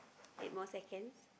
eight more seconds